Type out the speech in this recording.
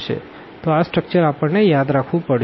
તો આ સ્ટ્રકચર આપણે યાદ રાખવું પડશે